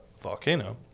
volcano